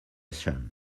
sean